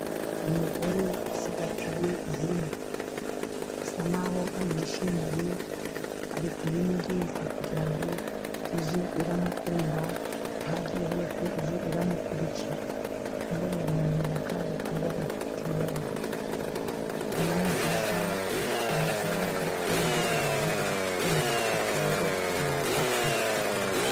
Umugore usigatiye ihene. Asa n'aho ayishimiye, ari kuyimenyereza kugira ngo ijye iramukunda, ahogiye hose ijye iramukurikira. Itungo riramenyera rikaba inshuti y'abantu. Ihene ni nziza, iraryoha kandi abantu barazikunda, kubera zizana amafaranga.